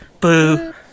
Boo